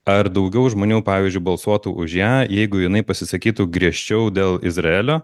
ar daugiau žmonių pavyzdžiui balsuotų už ją jeigu jinai pasisakytų griežčiau dėl izraelio